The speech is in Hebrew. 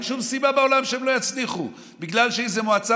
אין שום סיבה בעולם שהם לא יצליחו בגלל שאיזו מועצה